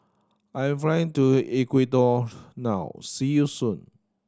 I am flying to Ecuador now see you soon